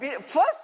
first